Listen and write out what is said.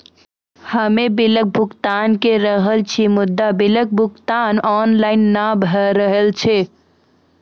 हम्मे बिलक भुगतान के रहल छी मुदा, बिलक भुगतान ऑनलाइन नै भऽ रहल छै?